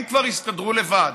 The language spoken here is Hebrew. הם כבר יסתדרו לבד.